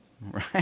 Right